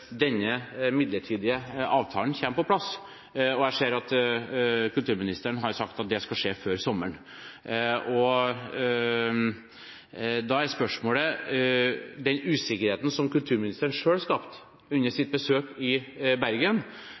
denne midlertidige avtalen kommer på plass, og jeg ser at kulturministeren har sagt at det skal skje før sommeren. Da er spørsmålet: Den usikkerheten som kulturministeren selv skapte under sitt besøk i Bergen,